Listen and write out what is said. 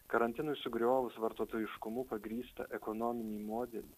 karantinui sugriovus vartotojiškumu pagrįstą ekonominį modelį